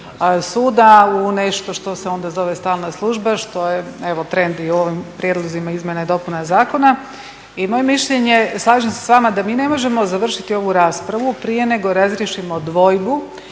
suda u nešto što se onda zove stalna služba, što je evo trend i u ovim prijedlozima izmjena i dopuna zakona, i moje mišljenje, slažem se s vama da mi ne možemo završiti ovu raspravu prije nego razriješimo dvojbu